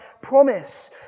promise